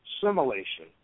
simulation